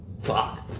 Fuck